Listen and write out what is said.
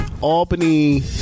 Albany